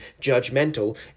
judgmental